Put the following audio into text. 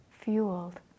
fueled